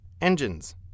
Engines